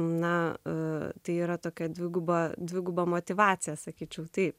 na tai yra tokia dviguba dviguba motyvacija sakyčiau taip